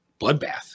bloodbath